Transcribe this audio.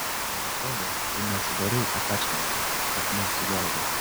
man atrodo tu neatsidarei atačmento kad nesigaudai